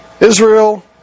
Israel